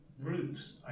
roofs